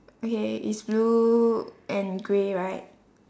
okay it's blue and grey right